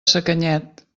sacanyet